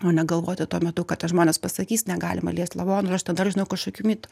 o ne galvoti tuo metu ką tie žmonės pasakys negalima liest lavonų ir aš te dar žinau kažkokių mitų